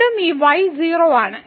വീണ്ടും ഈ y 0 ആണ്